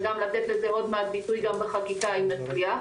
וגם לתת לזה עוד מעט ביטוי בחקיקה אם נצליח,